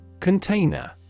container